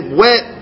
wet